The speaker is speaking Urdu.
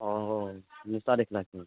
اوہو نثار سے